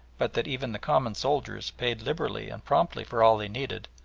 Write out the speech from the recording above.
but that even the common soldiers paid liberally and promptly for all they needed,